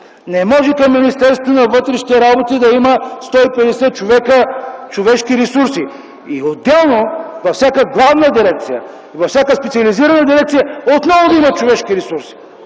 Не може към Министерството на вътрешните работи да има 150 човека, работещи в „Човешки ресурси”, и отделно във всяка главна дирекция, във всяка специализирана дирекция отново да има „Човешки ресурси”.